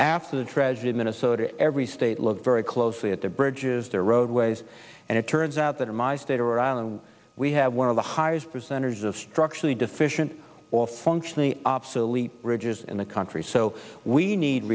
after the tragedy in minnesota every state look very closely at the bridges the roadways and it turns out that in my state or island we have one of the highest percentage of structurally deficient or functionally obsolete bridges in the country so we need